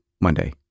Monday